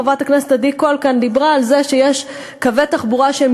חברת הכנסת עדי קול דיברה כאן על זה שיש קווי תחבורה שהם